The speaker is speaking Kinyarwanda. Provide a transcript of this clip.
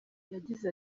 yagize